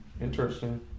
Interesting